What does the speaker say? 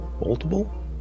Multiple